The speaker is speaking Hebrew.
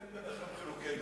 אין לכם חילוקי דעות.